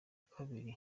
kabiri